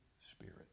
Spirit